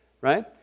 right